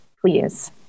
Please